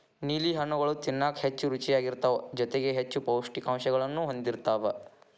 ನೇಲಿ ಹಣ್ಣುಗಳು ತಿನ್ನಾಕ ಹೆಚ್ಚು ರುಚಿಯಾಗಿರ್ತಾವ ಜೊತೆಗಿ ಹೆಚ್ಚು ಪೌಷ್ಠಿಕಾಂಶಗಳನ್ನೂ ಹೊಂದಿರ್ತಾವ